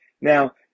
Now